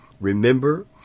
Remember